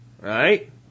right